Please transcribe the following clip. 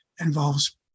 involves